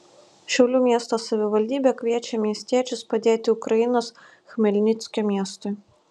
šiaulių miesto savivaldybė kviečia miestiečius padėti ukrainos chmelnickio miestui